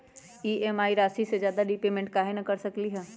हम ई.एम.आई राशि से ज्यादा रीपेमेंट कहे न कर सकलि ह?